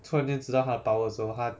突然间知道他的 power 的时候他